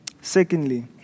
Secondly